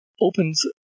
opens